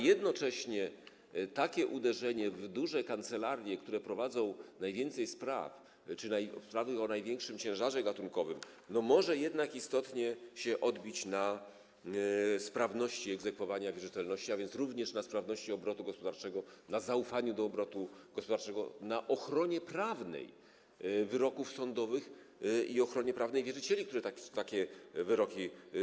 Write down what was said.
Jednocześnie takie uderzenie w duże kancelarie, które prowadzą najwięcej spraw czy prowadzą sprawy o największym ciężarze gatunkowym, może jednak istotnie odbić się na sprawności egzekwowania wierzytelności, a więc również na sprawności obrotu gospodarczego, na zaufaniu do obrotu gospodarczego, na ochronie prawnej wyroków sądowych i ochronie prawnej wierzycieli, którzy uzyskali takie wyroki.